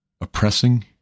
oppressing